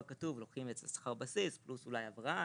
לוקחים שכר בסיס אולי פלוס הבראה,